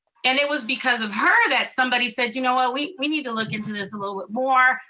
and it was because of her that somebody said, you know what, we we need to look into this a little bit more.